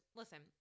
listen